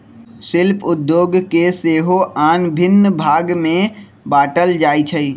शिल्प उद्योग के सेहो आन भिन्न भाग में बाट्ल जाइ छइ